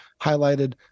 highlighted